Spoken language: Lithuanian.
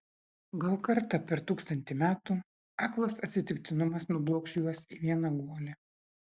gal kartą per tūkstantį metų aklas atsitiktinumas nublokš juos į vieną guolį